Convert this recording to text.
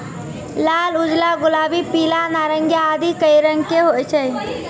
लाल, उजला, गुलाबी, पीला, नारंगी आदि कई रंग के होय छै